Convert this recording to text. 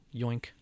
yoink